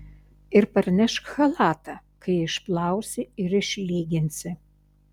ir parnešk chalatą kai išplausi ir išlyginsi